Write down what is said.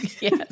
Yes